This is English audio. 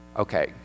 Okay